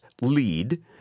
Lead